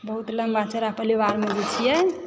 बहुत लम्बा चौड़ा परिवारमे जे छियै